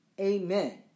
Amen